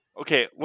Okay